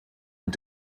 und